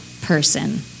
person